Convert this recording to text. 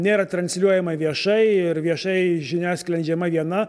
nėra transliuojama viešai ir viešai žinia skleidžiama viena